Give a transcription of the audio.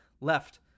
left